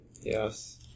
Yes